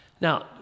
Now